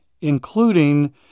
including